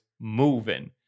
moving